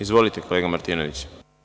Izvolite kolega Martinoviću.